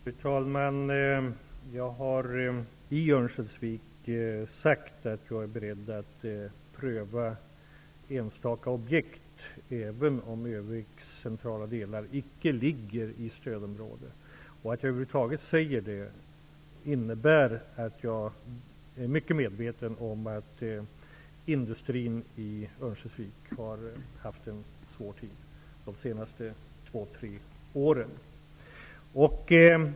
Fru talman! Jag har i Örnsköldsvik sagt att jag är beredd att pröva enstaka objekt även om Örnsköldsviks centrala delar inte ligger i stödområde. Att jag över huvud taget säger detta innebär att jag är mycket medveten om att industrin i Örnsköldsvik har haft en svår tid de senaste två, tre åren.